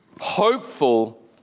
hopeful